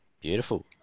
Beautiful